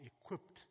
equipped